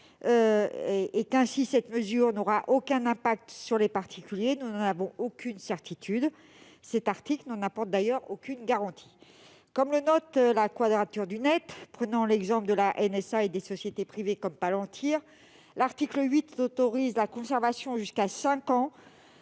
et que, ainsi, cette mesure n'aura aucun impact sur les particuliers, nous n'en avons aucune certitude. D'ailleurs, cet article n'en apporte pas la garantie. Comme le note La Quadrature du Net, prenant l'exemple de la, la NSA, et des sociétés privées comme Palantir, l'article 8 autorise la conservation jusqu'à cinq